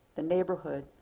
the neighborhood,